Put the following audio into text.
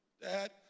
Dad